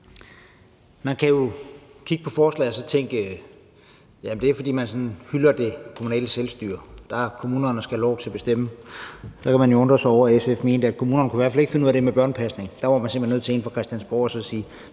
Man kan jo kigge på forslaget og så tænke, at det sådan er for at hylde det kommunale selvstyre – at kommunerne skal have lov til at bestemme. Så kan man jo undre sig over, at SF mente, at kommunerne i hvert fald ikke kunne finde ud af det med børnepasning. Der var man simpelt hen i forhold til normeringerne